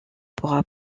pourra